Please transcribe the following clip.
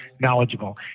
knowledgeable